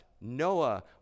Noah